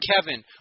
Kevin